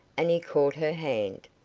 and he caught her hand.